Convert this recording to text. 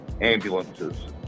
ambulances